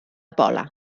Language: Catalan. pola